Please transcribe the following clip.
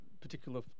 particular